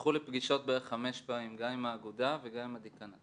הלכו לפגישות בערך חמש פעמים גם עם האגודה וגם עם הדיקנט.